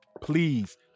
please